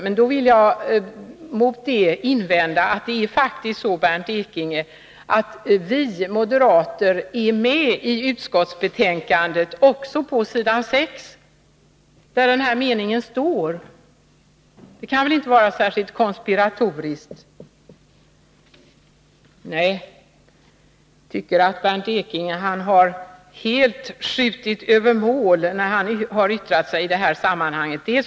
Mot det vill jag invända att det faktiskt är så, Bernt Ekinge, att vi moderater är med om utskottets skrivning också på s. 6 där den här meningen står. Det kan väl inte vara särskilt konspiratoriskt. Nej, jag tycker att Bernt Ekinge helt har skjutit över målet när han har yttrat sigi detta sammanhang.